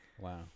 Wow